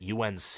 UNC